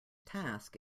task